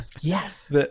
yes